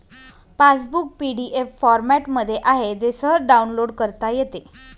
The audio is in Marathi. पासबुक पी.डी.एफ फॉरमॅटमध्ये आहे जे सहज डाउनलोड करता येते